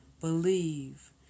believe